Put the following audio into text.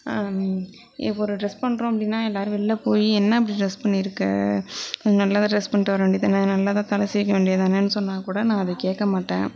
இப்போ ஒரு டிரெஸ் பண்ணுறோம் அப்படினா எல்லாரும் வெளில போய் என்ன இப்படி டிரெஸ் பண்ணியிருக்க இது நல்லா தான் டிரெஸ் பண்ணிட்டு வர வேண்டியது தானே நல்லா தான் தலை சீவிக்க வேண்டியது தானேனு சொன்னால் கூட நான் அதை கேட்க மாட்டேன்